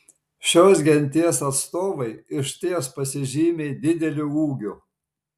šios genties atstovai išties pasižymi dideliu ūgiu